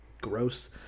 gross